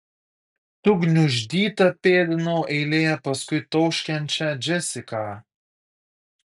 sugniuždyta pėdinau eilėje paskui tauškiančią džesiką